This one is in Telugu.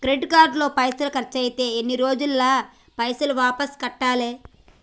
క్రెడిట్ కార్డు లో పైసల్ ఖర్చయితే ఎన్ని రోజులల్ల పైసల్ వాపస్ కట్టాలే?